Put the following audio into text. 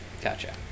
gotcha